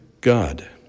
God